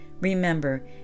Remember